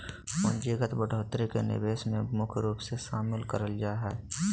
पूंजीगत बढ़ोत्तरी के निवेश मे मुख्य रूप से शामिल करल जा हय